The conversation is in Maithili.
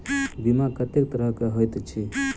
बीमा कत्तेक तरह कऽ होइत छी?